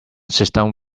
system